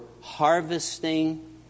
harvesting